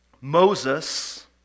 Moses